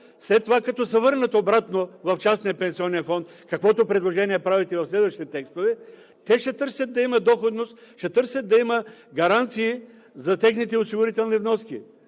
След това, като се върнат обратно в частния пенсионен фонд, каквото предложение правите в следващите текстове, те ще търсят да има доходност, ще търсят да има гаранции за техните осигурителни вноски,